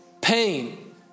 pain